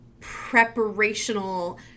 preparational